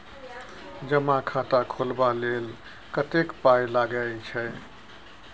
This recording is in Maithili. जमा खाता खोलबा लेल कतेक पाय लागय छै